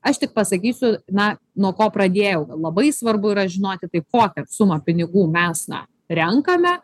aš tik pasakysiu na nuo ko pradėjau labai svarbu yra žinoti tai kokią sumą pinigų mes na renkame